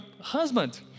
husband